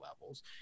levels